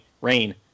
Rain